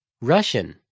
Russian